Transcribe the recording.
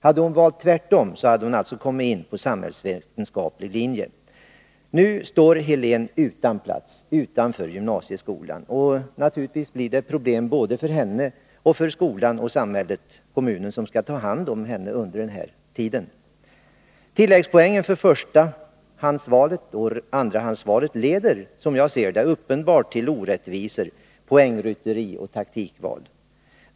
Hade hon valt tvärtom i sitt förstahandsoch andrahandsval, skulle hon ha kommit in på samhällsvetenskaplig linje. Helen står alltså utanför gymnasieskolan. Naturligtvis blir det problem både för henne och för samhället, dvs. kommunen, som nu skall ta hand om henne. Tilläggspoängen för förstahandsvalet och andrahandsvalet leder som jag ser det till uppenbara orättvisor, poängrytteri och taktikval.